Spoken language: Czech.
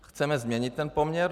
Chceme změnit ten poměr?